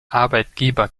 arbeitgeber